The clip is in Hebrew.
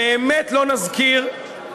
באמת לא נזכיר,